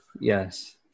Yes